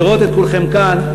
לראות את כולכם כאן,